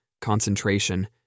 concentration